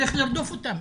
צריך לרדוף אותם.